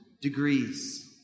degrees